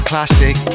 classic